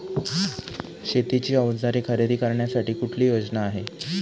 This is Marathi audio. शेतीची अवजारे खरेदी करण्यासाठी कुठली योजना आहे?